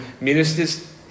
ministers